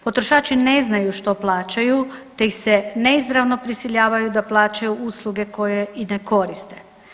Potrošači ne znaju što plaćaju, te ih se neizravno prisiljava da plaćaju usluge koje i ne koriste.